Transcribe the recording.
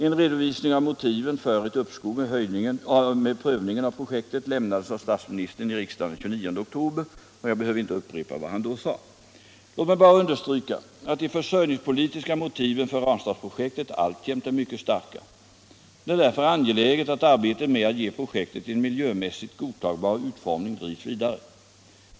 En redovisning av motiven för ett uppskov med prövningen av projektet lämnades av statsministern i riksdagen den 29 oktober, och jag behöver inte upprepa vad han då sade. Låt mig bara understryka att de försörjningspolitiska motiven för Ranstadsprojektet alltjämt är mycket starka. Det är därför angeläget att arbetet med att ge projektet en miljömässigt godtagbar utformning drivs vidare.